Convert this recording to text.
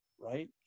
right